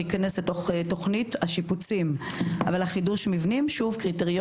כפי שתיארו פה החברים קודם,